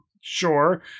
sure